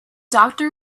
doctor